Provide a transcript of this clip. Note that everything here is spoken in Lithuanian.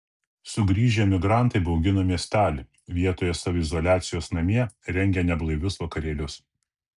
sugrįžę emigrantai baugina miestelį vietoje saviizoliacijos namie rengia neblaivius vakarėlius